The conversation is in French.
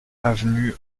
avenue